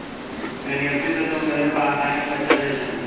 NEFT से तुम मेरे को ऑनलाइन ही पैसे भेज देना